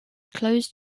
closed